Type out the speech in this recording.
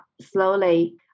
slowly